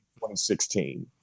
2016